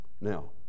Now